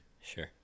Sure